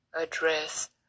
address